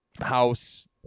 house